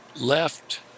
left